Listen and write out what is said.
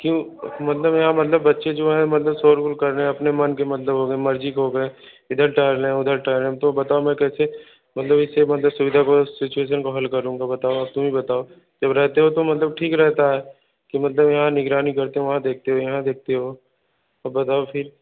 क्यों मतलब यहाँ मतलब बच्चे जो हैं मतलब शोर ओ ग़ुल कर रहे हैं अपने मन के मतलब होंगे मर्ज़ी हो गए इधर टहल उधर टहल रहे है तो बताओ मैं कैसे मतलब सुविधा को सिचुएशन को हल करूँगा बताओ अब तुम ही बताओ तुम रहते हो तो मतलब ठीक रहता है कि मतलब यहाँ निगरानी करते हैं वहाँ देखते हो यहाँ देखते हो अब बताओ फिर